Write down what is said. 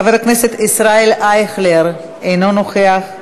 חבר הכנסת ישראל אייכלר, אינו נוכח,